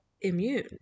Immune